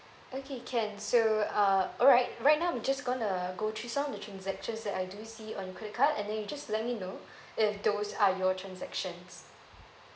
okay can so uh alright right now I'm just gonna go through some of the transactions that I do see on your credit card and then you just let me know if those are your transactions